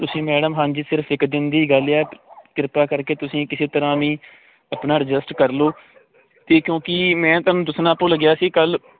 ਤੁਸੀਂ ਮੈਡਮ ਹਾਂਜੀ ਸਿਰਫ ਇੱਕ ਦਿਨ ਦੀ ਗੱਲ ਆ ਕਿਰਪਾ ਕਰਕੇ ਤੁਸੀਂ ਕਿਸੇ ਤਰ੍ਹਾਂ ਵੀ ਆਪਣਾ ਰਜੈਸਟ ਕਰ ਲਓ ਤੇ ਕਿਉਂਕਿ ਮੈਂ ਤੁਹਾਨੂੰ ਦੱਸਣਾ ਭੁੱਲ ਗਿਆ ਸੀ ਕੱਲ